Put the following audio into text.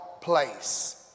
place